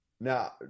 now